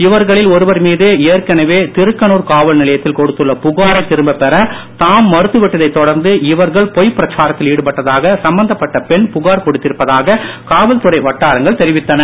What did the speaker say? இவர்களில் ஒருவர் மீது ஏற்கனவே திருக்கனூர் காவல் நிலையத்தில் கொடுத்துள்ள புகாரை திரும்பப் பெற தாம் மறுத்து விட்டதைத் தொடர்ந்து இவர்கள் பொய் பிரச்சாரத்தில் ஈடுபட்டதாக சம்பந்தப்பட்ட பெண் புகார் கொடுத்திருப்பதாக காவல்துறை வட்டாரங்கள் தெரிவித்தன